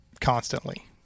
constantly